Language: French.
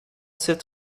sept